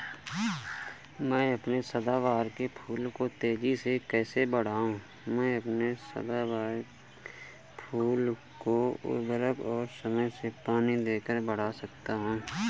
मैं अपने सदाबहार के फूल को तेजी से कैसे बढाऊं?